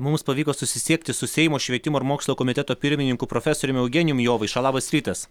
mums pavyko susisiekti su seimo švietimo ir mokslo komiteto pirmininku profesoriumi eugenijum jovaiša labas rytas